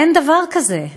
אין דבר כזה.